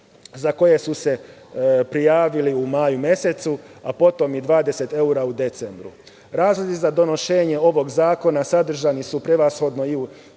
za koje su se prijavili u maju mesecu, a potom i 20 evra u decembru. Razlozi za donošenje ovog zakona sadržani su prevashodno i u